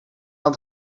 aan